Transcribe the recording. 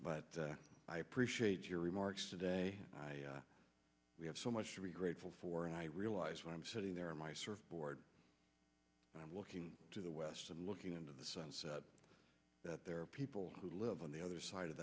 but i appreciate your remarks today we have so much to be grateful for and i realize when i'm sitting there in my surfboard i'm looking to the west and looking into the sunset that there are people who live on the other side of